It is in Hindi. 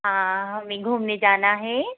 हाँ हमें घूमने जाना है